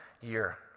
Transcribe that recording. year